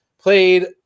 played